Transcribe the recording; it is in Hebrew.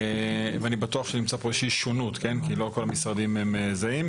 ואני בטוח שנמצא פה איזושהי שונות כי לא כל המשרדים זהים.